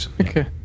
Okay